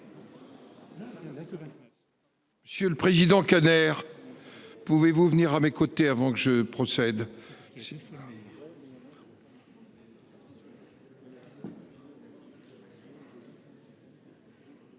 Monsieur le Président Kader. Pouvez-vous venir à mes côtés avant que je procède.